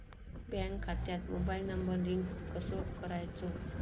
Bank खात्यात mobile number link कसो करायचो?